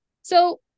So-